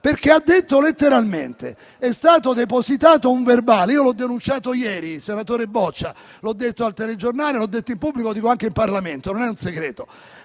perché ha detto letteralmente che è stato depositato un verbale. Io l'ho denunciato ieri, senatore Boccia: l'ho detto al telegiornale, l'ho detto in pubblico e lo dico anche il Parlamento, non è un segreto.